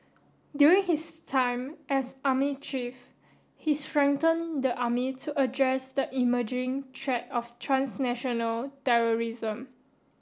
during his time as army chief he strengthened the army to address the emerging threat of transnational terrorism